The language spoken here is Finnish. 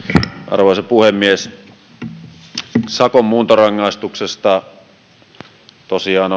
arvoisa puhemies sakon muuntorangaistus tosiaan